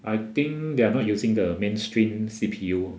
I think they are not using the mainstream C_P_U